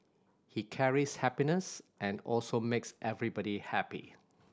he carries happiness and also makes everybody happy